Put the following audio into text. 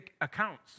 accounts